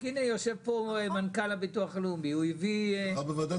יושב פה מנכ"ל הביטוח הלאומי --- ישבנו בוועדת